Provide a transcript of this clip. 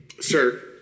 Sir